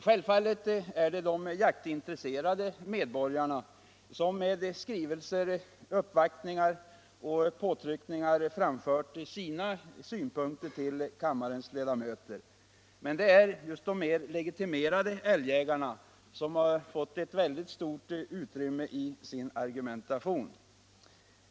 Självfallet är det de jaktintresserade medborgarna som med skrivelser, uppvaktningar och påtryckningar framfört sina synpunkter till kammarens ledamöter. Men det är de mer legitimerade älgjägarna som fått stort utrymme för sin argumentation.